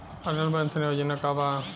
Atal pension Yojana का बा?